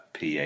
PA